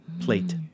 plate